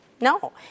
No